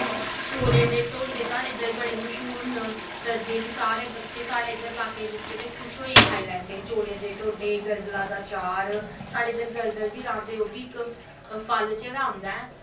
चौलें दे टोडे साढ़े इद्धर बड़े मश्हूर न सर्दियें च सारे बच्चे साढ़े इद्धर लाक्के लुके दे खुश होइयै खाई लैंदे चौलें दे टोडे गर्गला दा चार साढ़े इद्धर गर्गल बी र्हांदे ओह् बी इक फल्ल च गै आंदा ऐ